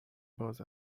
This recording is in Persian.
باز